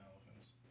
elephants